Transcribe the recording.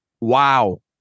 Wow